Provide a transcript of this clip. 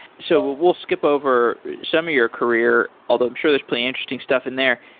so we'll we'll skip over some of your career, although i'm sure there's plenty interesting stuff in there.